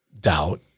doubt